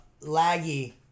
laggy